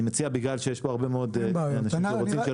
אני מציע שבגלל שיש פה המון אנשים שרוצים לדבר,